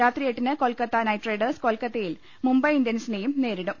രാത്രി എട്ടിന് Kolkata knight riders കൊൽക്കത്തയിൽ മുംബൈ ഇന്ത്യൻസിനെയും നേരിടും